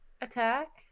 Attack